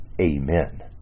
Amen